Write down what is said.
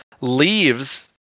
leaves